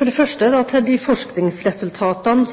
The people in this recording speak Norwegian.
For det første til de forskningsresultatene